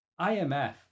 IMF